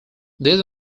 these